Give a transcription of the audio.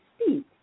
speak